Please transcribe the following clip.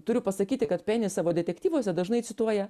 turiu pasakyti kad peni savo detektyvuose dažnai cituoja